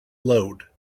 load